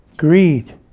greed